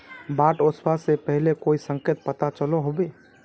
बाढ़ ओसबा से पहले कोई संकेत पता चलो होबे?